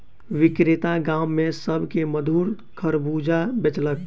विक्रेता गाम में सभ के मधुर खरबूजा बेचलक